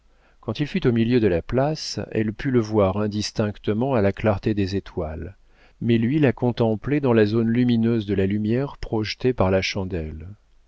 quand il fut au milieu de la place elle put le voir indistinctement à la clarté des étoiles mais lui la contemplait dans la zone lumineuse de la lumière projetée par la chandelle